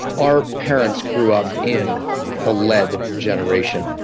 our parents grew up in the lead generation.